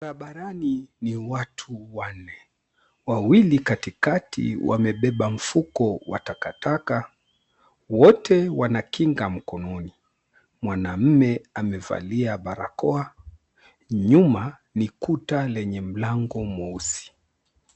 Barabarani ni watu wanne. Wawili katikati wamebeba mfuko wa takataka. Wote wanakinga mkononi. Mwanaume amevalia barakoa. Nyuma ni kuta lenye mlango mweusi.